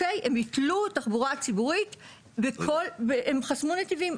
הם התלו תחבורה ציבורית והם חסמו נתיבים.